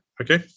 okay